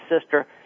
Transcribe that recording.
sister